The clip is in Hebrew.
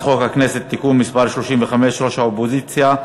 חוק הכנסת (תיקון מס' 35) (ראש האופוזיציה),